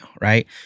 right